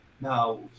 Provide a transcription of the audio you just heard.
Now